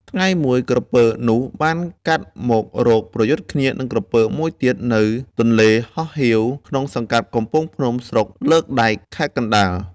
ថ្ងៃមួយ ក្រពើនោះបានកាត់មករកប្រយុទ្ធគ្នានឹងក្រពើមួយទៀតនៅ ទន្លេហោះហៀវ ក្នុងសង្កាត់កំពង់ភ្នំ ស្រុកលើកដែក (ខេត្តកណ្ដាល)។